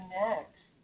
next